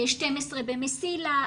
12 ב'מסילה',